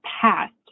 passed